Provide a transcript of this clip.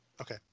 Okay